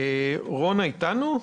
רונה איתנו?